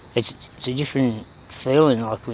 it's it's a different feeling ah like